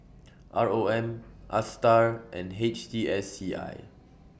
R O M A STAR and H T S C I